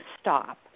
stop